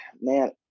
Man